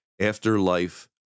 Afterlife